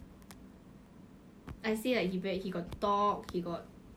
soon to be I guess I mean if I